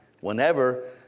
whenever